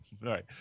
right